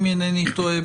אם אינני טועה,